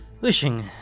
wishing